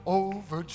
over